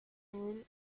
mille